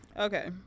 Okay